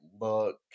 look